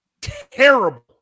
terrible